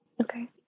Okay